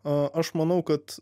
a aš manau kad